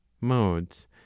modes